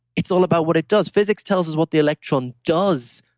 it's all about what it does. physics tells us what the electron does,